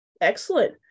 Excellent